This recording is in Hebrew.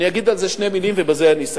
אני אגיד על זה שתי מלים, ובזה אני אסכם.